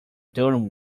during